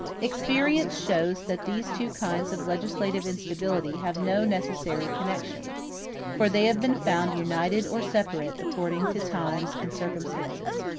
experience shows that these two kinds of legislative instability have no necessary connection for they have been found united or separate, according to times and circumstances.